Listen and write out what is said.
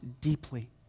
deeply